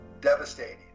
devastating